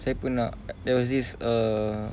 saya pernah there was this uh